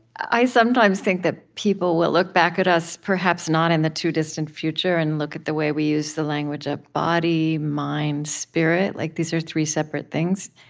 i sometimes think that people will look back at us, perhaps not in the too-distant future, and look at the way we use the language of body, mind, spirit, like these are three separate things.